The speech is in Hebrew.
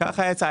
ככה יצא.